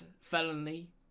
felony